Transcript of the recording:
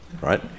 right